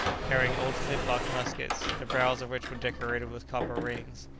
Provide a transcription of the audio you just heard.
carrying old flint-locked muskets, the barrels of which were decorated with copper rings.